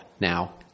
now